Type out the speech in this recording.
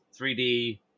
3D